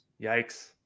Yikes